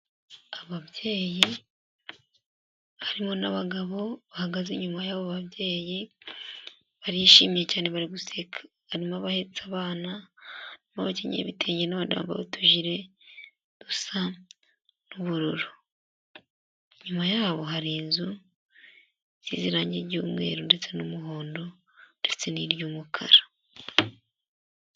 Ababyeyi harimo n'abagabo bahagaze inyuma yabo babyeyi, barishimye cyane bari guseka, harimo abahetse abana harimo abakenyeye ibitenge n'abandi bambaye utujire dusa ubururu, inyuma yabo hari inzu zisize irange ry'umweru, umuhondo ndetse n'iry'umukara.